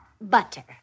Butter